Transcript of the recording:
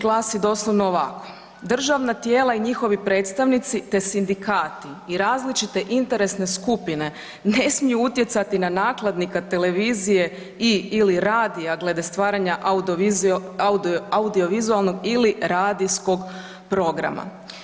Glasi doslovno ovako: „Državna tijela i njihovi predstavnici, te sindikati i različite interesne skupine ne smiju utjecati na nakladnika televizije i/ili radija glede stvaranja audio vizualnog ili radijskog programa.